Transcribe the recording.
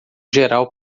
geral